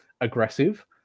aggressive